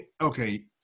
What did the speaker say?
Okay